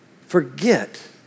forget